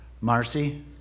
Marcy